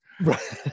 right